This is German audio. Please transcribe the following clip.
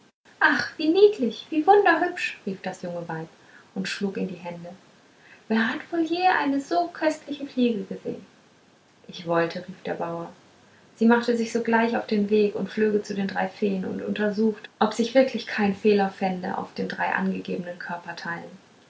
ach wie niedlich wie wunderhübsch rief das junge weib und schlug in die hände wer hat wohl je eine so köstliche fliege gesehn ich wollte rief der bauer sie machte sich sogleich auf den weg und flöge zu den drei feen und untersuchte ob sich wirklich kein fehler fände auf den drei angegebenen körperteilen